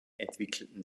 entwickelten